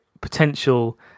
potential